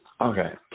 Okay